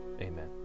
amen